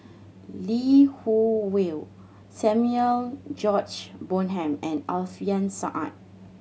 Lee Wung Yew Samuel George Bonham and Alfian Sa'at